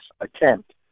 attempt